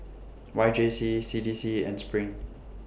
Y J C C D C and SPRING